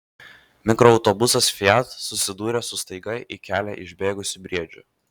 mikroautobusas fiat susidūrė su staiga į kelią išbėgusiu briedžiu